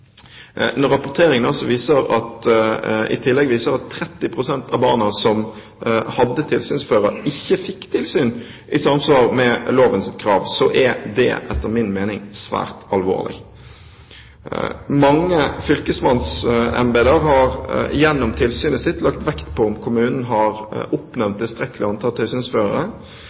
i tillegg viser at 30 pst. av barna som hadde tilsynsfører, ikke fikk tilsyn i samsvar med lovens krav, så er det etter min mening svært alvorlig. Mange fylkesmannsembeter har gjennom sitt tilsyn lagt vekt på om kommunen har oppnevnt tilstrekkelig antall tilsynsførere.